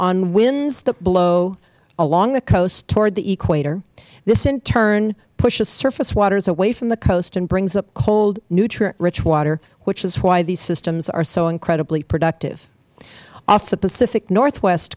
on winds that blow along the coast toward the equator this in turn pushes surface waters away from the coast and brings up cold nutrient rich water which is why these systems are so incredibly productive off the pacific northwest